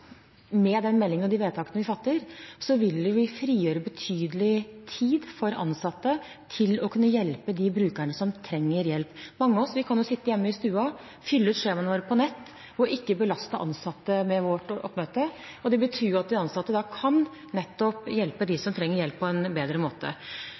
med den meldingen og de vedtakene som fattes – vil vi frigjøre betydelig tid for de ansatte til å kunne hjelpe de brukerne som trenger hjelp. Vi kan sitte hjemme i stua og fylle ut skjemaene våre på nettet og ikke belaste ansatte med vårt oppmøte, og det betyr at de ansatte kan hjelpe